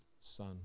son